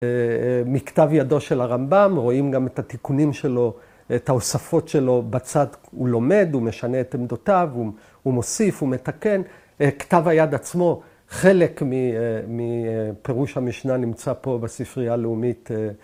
‫מכתב ידו של הרמב״ם, ‫רואים גם את התיקונים שלו, ‫את ההוספות שלו בצד, ‫הוא לומד, הוא משנה את עמדותיו, ‫הוא מוסיף, הוא מתקן. ‫כתב היד עצמו, ‫חלק מפירוש המשנה נמצא פה ‫בספרייה הלאומית.